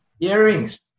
earrings